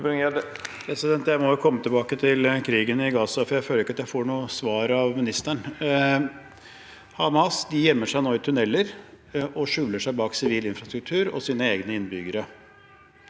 Jeg må tilbake til krigen i Gaza, for jeg føler jeg ikke får noe svar av utenriksministeren. Hamas gjemmer seg nå i tunneler og skjuler seg bak sivil infrastruktur og sine egne innbyggere.